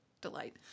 delight